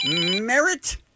Merit